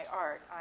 art